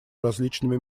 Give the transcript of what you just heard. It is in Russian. различными